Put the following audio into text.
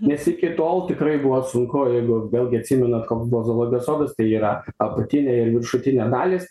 nes iki tol tikrai buvo sunku jeigu vėlgi atsimenat koks buvo zoologijos sodas tai yra apatinė ir viršutinė dalys